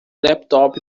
laptop